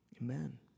Amen